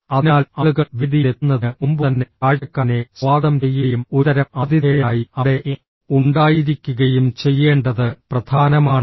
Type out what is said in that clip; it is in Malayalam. അതിനാൽ ആളുകൾ വേദിയിലെത്തുന്നതിന് മുമ്പുതന്നെ കാഴ്ചക്കാരനെ സ്വാഗതം ചെയ്യുകയും ഒരുതരം ആതിഥേയനായി അവിടെ ഉണ്ടായിരിക്കുകയും ചെയ്യേണ്ടത് പ്രധാനമാണ്